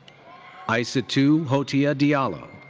aissatou hotia diallo.